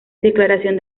declaración